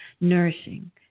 nourishing